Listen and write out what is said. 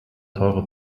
teure